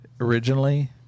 originally